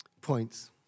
Points